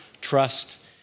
trust